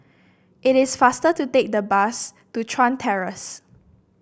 it is faster to take the bus to Chuan Terrace